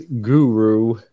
guru